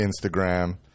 Instagram